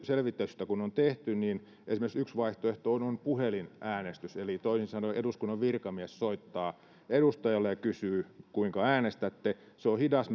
selvitystä kun on tehty esimerkiksi yksi vaihtoehto on on puhelinäänestys eli toisin sanoen eduskunnan virkamies soittaa edustajalle ja kysyy kuinka äänestätte se on hidas